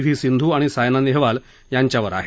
V Sindhu आणि सायना नेहवाल यांच्यावर आहे